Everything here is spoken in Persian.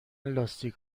لاستیک